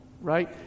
right